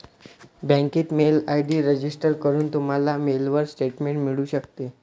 बँकेत mail ID register करून, तुम्हाला मेलवर स्टेटमेंट मिळू शकते